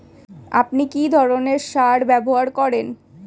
আপনি কী ধরনের সার ব্যবহার করেন?